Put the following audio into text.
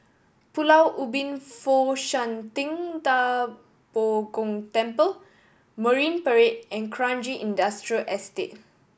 Pulau Ubin Fo Shan Ting Da Bo Gong Temple Marine Parade and Kranji Industrial Estate